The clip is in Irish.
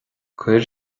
cuir